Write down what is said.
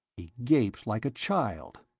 he gaped like a child.